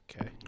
Okay